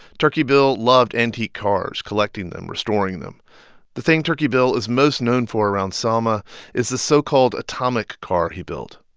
turkey bill loved antique cars collecting them, restoring them the thing turkey bill is most known for around selma is the so-called atomic car he built.